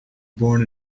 born